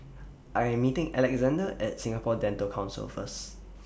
I Am meeting Alexander At Singapore Dental Council First